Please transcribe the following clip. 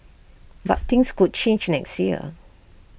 but things could change next year